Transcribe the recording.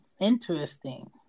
Interesting